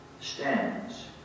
stands